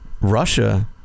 Russia